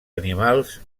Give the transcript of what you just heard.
animals